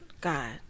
God